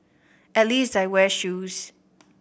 at least I wear shoes